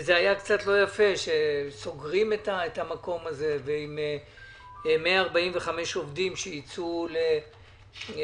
זה היה קצת לא יפה שסוגרים את המקום הזה עם 145 עובדים שיצאו לאבטלה.